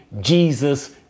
Jesus